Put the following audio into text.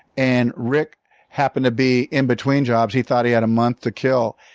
and rick happened to be in between jobs. he thought he had a month to kill,